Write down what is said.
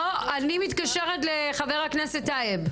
גברתי, לא, אני מתקשרת לחבר הכנסת טייב.